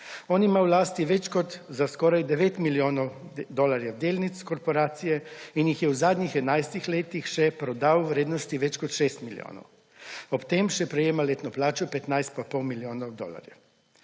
On ima v lasti več kot za skoraj 9 milijonov dolarjev delnic korporacije in jih je v zadnjih enajstih letih še prodal v vrednosti več kot 6 milijonov; ob tem še prejema letno plačo 15 pa pol milijonov dolarjev.